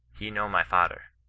he no my fader.